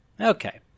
Okay